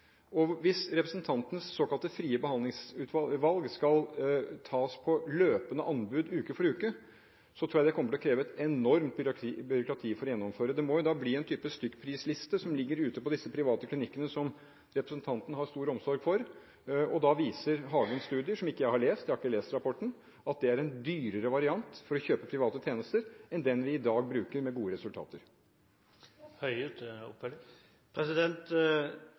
Hvis representantens såkalte frie behandlingsvalg skal tas på løpende anbud uke for uke, tror jeg det kommer til å kreve et enormt byråkrati for å gjennomføre. Det må da bli en type stykkprisliste som ligger ute på disse private klinikkene som representanten har stor omsorg for, og da viser Hagens studier, som jeg ikke har lest – jeg har ikke lest rapporten – at det er en dyrere variant for å kjøpe private tjenester enn den vi i dag bruker med gode resultater.